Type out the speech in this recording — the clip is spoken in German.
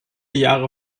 jahre